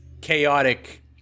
chaotic